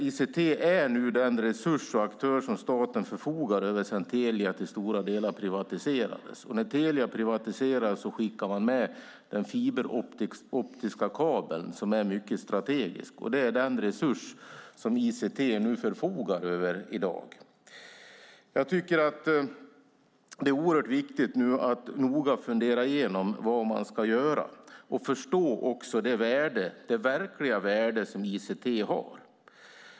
ICT är nu den resurs och aktör som staten förfogar över sedan Telia till stora delar privatiserades. När Telia privatiserades skickade man med den fiberoptiska kabeln, som är mycket strategisk, och det är den resurs som ICT i dag förfogar över. Nu är det oerhört viktigt att noga fundera igenom vad man ska göra och också förstå det verkliga värde som ICT har.